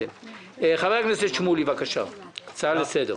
חבר הכנסת שמולי, בבקשה, הצעה לסדר.